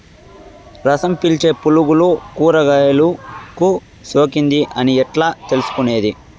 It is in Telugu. రసం పీల్చే పులుగులు కూరగాయలు కు సోకింది అని ఎట్లా తెలుసుకునేది?